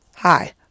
Hi